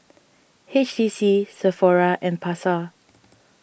H T C Sephora and Pasar